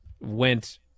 went